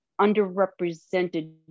underrepresented